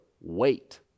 wait